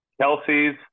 Kelsey's